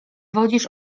wodzisz